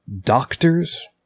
doctors